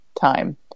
time